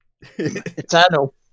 Eternal